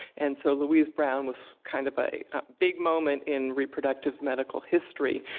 and so, louise brown was kind of a big moment in reproductive medical history.